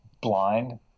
blind